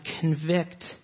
convict